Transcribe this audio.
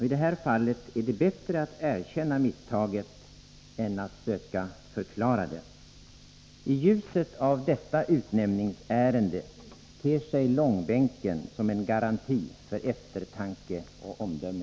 I detta fall är det bättre att erkänna misstaget än att söka förklara det. I ljuset av detta utnämningsärende ter sig långbänken som en garanti för eftertanke och omdöme.